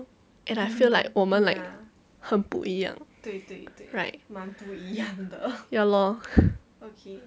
and I feel like 我们 like 很不一样 right ya lor